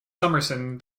summerson